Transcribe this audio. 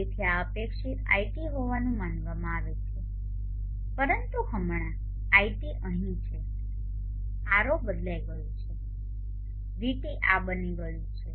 તેથી આ અપેક્ષિત iT હોવાનું માનવામાં આવે છે પરંતુ હમણાં iT અહીં છે R0 બદલાઈ ગયું છે vT આ બની ગયું છે